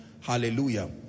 hallelujah